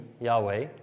Yahweh